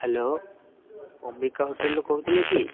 hello Ambika ହୋଟେଲ୍ରୁ କହୁଥିଲେ କି